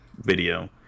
video